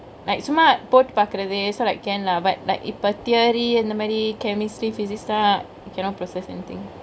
like சும்மா போட்டு பாக்கரது:summa pottu paakarethu so like can lah but like இப்ப:ippa theory அந்த மாரி:anthe maari chemistry physics னா:naa cannot process anythingk